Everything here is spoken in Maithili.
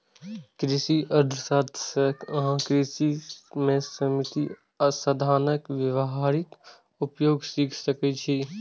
कृषि अर्थशास्त्र सं अहां कृषि मे सीमित साधनक व्यावहारिक उपयोग सीख सकै छी